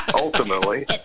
Ultimately